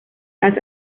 las